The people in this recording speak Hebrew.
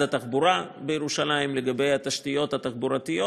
התחבורה בירושלים לגבי התשתיות התחבורתיות.